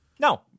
No